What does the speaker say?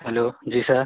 hello ji sir